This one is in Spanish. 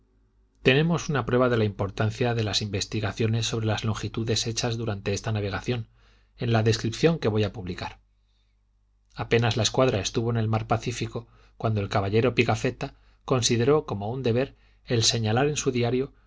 tenemos una prueba de la importancia de las investigaciones sobre las longitudes hechas durante esta navegación en la descripción que voy a publicar apenas la escuadra estuvo en el mar pacífico cuando el caballero pigafetta consideró como un deber el señalar en su diario